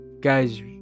guy's